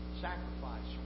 Sacrifice